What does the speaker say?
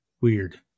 weird